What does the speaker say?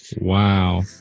Wow